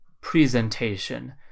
presentation